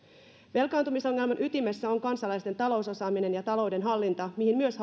velkaantumisongelman ytimessä on kansalaisten talousosaaminen ja talouden hallinta mihin myös